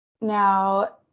Now